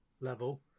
level